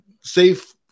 safe